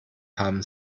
haben